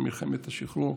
במלחמת השחרור,